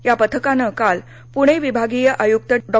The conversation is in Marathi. या पथकानं काल पुणे विभागीय आयुक्त डॉ